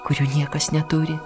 kurių niekas neturi